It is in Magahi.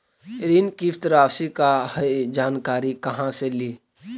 ऋण किस्त रासि का हई जानकारी कहाँ से ली?